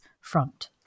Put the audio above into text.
front